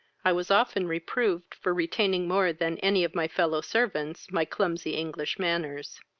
i was often reproved for retaining more than any of my fellow-servants my clumsy english manners.